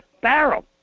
barrel